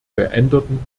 veränderten